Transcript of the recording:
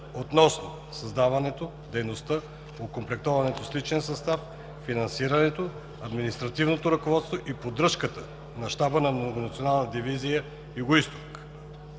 относно създаването, дейността, окомплектоването с личен състав, финансирането, административното ръководство и поддръжката на Щаба на Многонационална дивизия „Югоизток“